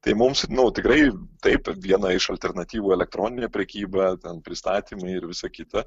tai mums nu tikrai taip viena iš alternatyvų elektroninė prekyba ten pristatymai ir visa kita